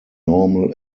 normal